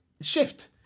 shift